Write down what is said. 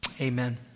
amen